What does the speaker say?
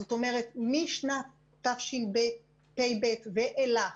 זאת אומרת, משנת תשפ"ב ואילך